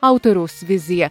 autoriaus vizija